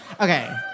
Okay